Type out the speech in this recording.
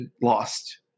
lost